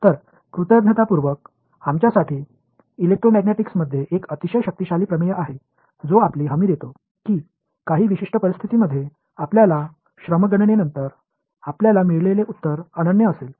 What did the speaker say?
तर कृतज्ञतापूर्वक आमच्यासाठी इलेक्ट्रोमॅग्नेटिक्समध्ये एक अतिशय शक्तिशाली प्रमेय आहे जो आपली हमी देतो की काही विशिष्ट परिस्थितींमध्ये आपल्या श्रमगणनेनंतर आपल्याला मिळालेले उत्तर अनन्य असेल